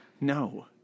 No